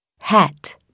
Hat